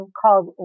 called